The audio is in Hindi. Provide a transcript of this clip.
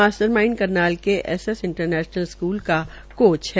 मास्टर माइंड करनाल के एसएस इंटरनेशनल स्कूल का कोच है